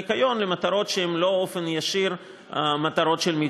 הניקיון למטרות שהן לא באופן ישיר מטרות של,